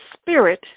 spirit